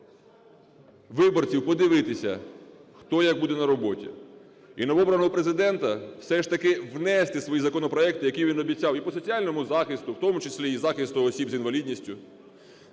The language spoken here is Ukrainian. виборців подивитися, хто як буде на роботі, і новообраному Президенту, все ж таки, внести свої законопроекти, які він обіцяв, і по соціальному захисту, в тому числі і захисту осіб з інвалідністю.